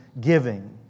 giving